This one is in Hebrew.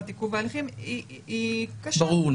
עיכוב ההליכים היא קשה -- ברור לי.